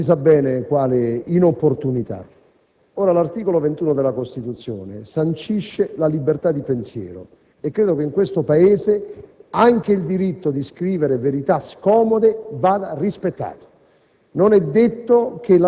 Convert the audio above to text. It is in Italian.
in nome di non si sa bene quale inopportunita. L’articolo 21 della Costituzione sancisce la libertadi pensiero e credo che in questo Paese anche il diritto di scrivere verita scomode vada rispettato.